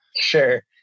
Sure